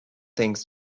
things